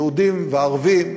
יהודים וערבים,